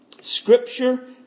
Scripture